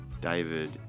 David